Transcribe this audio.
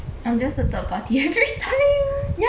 I'm just a third party every time